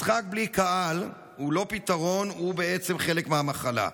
משחק בלי קהל הוא לא פתרון, הוא בעצם חלק מהמחלה.